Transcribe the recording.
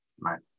Right